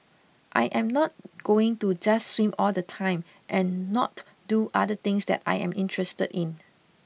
I am not going to just swim all the time and not do other things that I am interested in